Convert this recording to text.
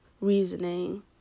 reasoning